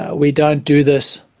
ah we don't do this